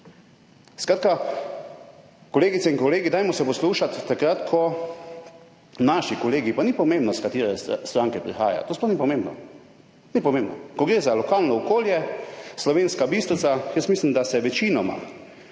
Skratka, kolegice in kolegi, dajmo se poslušati takrat, ko naši kolegi, pa ni pomembno, iz katere stranke prihajajo, to sploh ni pomembno, ni pomembno, ko gre za lokalno okolje. Slovenska Bistrica, jaz mislim, da se večinoma